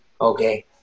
Okay